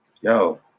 Yo